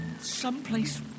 someplace